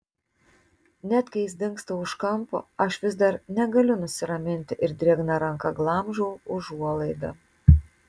net kai jis dingsta už kampo aš vis dar negaliu nusiraminti ir drėgna ranka glamžau užuolaidą